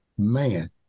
Man